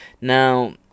Now